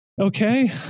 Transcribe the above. Okay